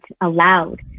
allowed